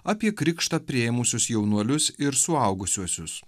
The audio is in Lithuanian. apie krikštą priėmusius jaunuolius ir suaugusiuosius